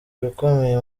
ibikomeye